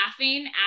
laughing